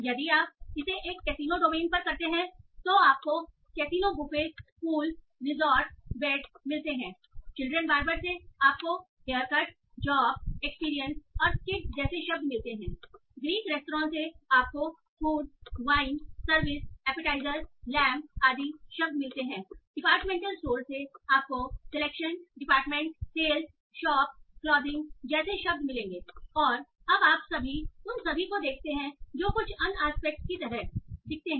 यदि आप इसे एक कैसीनो डोमेन पर करते हैं तो आपको casino buffet pool resort bed मिलते हैं चिल्ड्रन बार्बर से आपको हेयर कट जॉब एक्सपीरियंस और किड्स शब्द मिलते हैं ग्रीक रेस्तरां से आपको food wine service appetizer lamb शब्द मिलते हैं डिपार्टमेंटल स्टोर से आपको selection department sales shop clothing जैसे शब्द मिलेंगे और अब आप सभी उन सभी को देखते हैं जो कुछ अच्छे एस्पेक्टस की तरह दिखते हैं